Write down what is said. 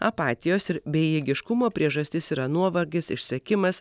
apatijos ir bejėgiškumo priežastis yra nuovargis išsekimas